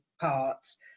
parts